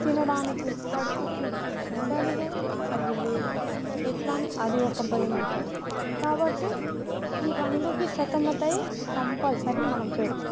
తినడానికి కడుపుకి ఉండాలి కదా అవి లేవు ఎట్లా అని అది ఒక భయమవుతుంది కాబట్టి ఈ రెండుకి సతమతమై కంపల్సరీ మనం పెడతాము